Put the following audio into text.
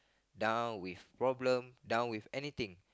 down with problem down with anything